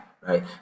Right